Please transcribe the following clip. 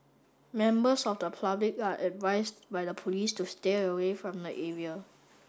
members of the public are advised by the police to stay away from the area